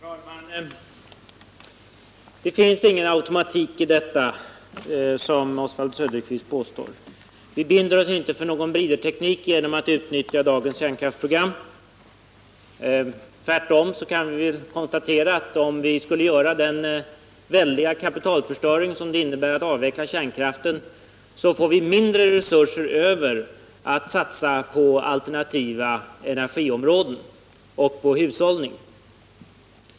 Herr talman! Det finns ingen automatik i detta, såsom Oswald Söderqvist påstår. Vi binder oss inte för någon bridteknik genom att utnyttja dagens kärnkraftsprogram. Tvärtom kan vi konstatera att om vi skulle utsätta oss för den väldiga kapitalförstöring som det innebär att avveckla kärnkraften, så skulle vi få mindre resurser över för satsningar på alternativa energikällor och på hushållning.